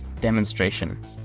demonstration